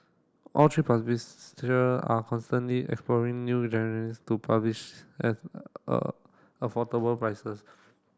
all three are constantly exploring new to publish at a affordable prices